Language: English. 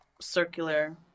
circular